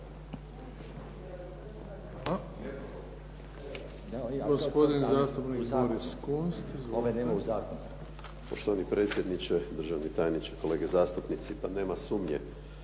Gospodin zastupnik Luka Denona. Izvolite.